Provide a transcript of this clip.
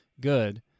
good